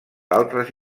altres